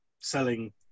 selling